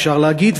אפשר להגיד,